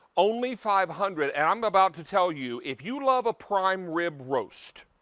only five hundred and i'm about to tell you if you love a prime rib roast,